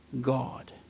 God